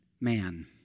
man